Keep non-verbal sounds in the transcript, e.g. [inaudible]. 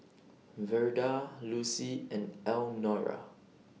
[noise] Verda Lucy and Elnora [noise]